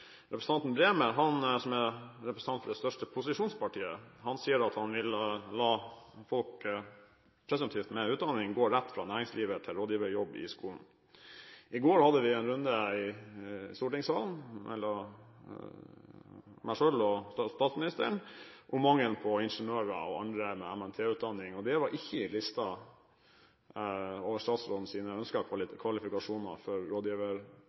Representanten Bremer, representant for det største posisjonspartiet, sier at han vil la folk presumptivt med utdanning gå rett fra næringslivet til rådgiverjobb i skolen. I går hadde vi en runde her i stortingssalen mellom meg selv og statsministeren om mangelen på ingeniører og andre med MNT-utdanning. Det var ikke på listen over statsrådens ønsker for kvalifikasjoner for